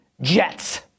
Jets